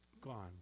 gone